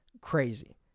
Crazy